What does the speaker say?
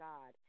God